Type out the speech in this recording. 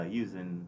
using